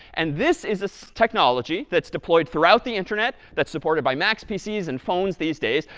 and this is a so technology that's deployed throughout the internet that's supported by macs, pcs, and phones these days,